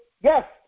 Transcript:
yes